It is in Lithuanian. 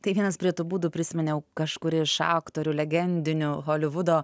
tai vienas prie tų būdų prisiminiau kažkuri iš aktorių legendinių holivudo